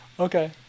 Okay